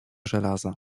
żelaza